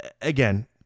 again